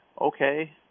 Okay